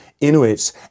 Inuits